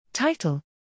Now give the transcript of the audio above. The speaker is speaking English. Title